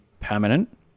permanent